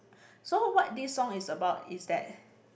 so what this song is about is that